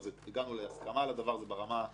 הגענו להסכמה על כך ברמה הפוליטית,